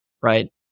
Right